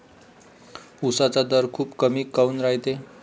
उसाचा दर खूप कमी काऊन रायते?